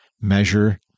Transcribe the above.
measure